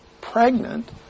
pregnant